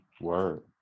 Word